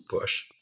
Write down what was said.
push